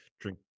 drink